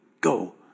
Go